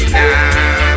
now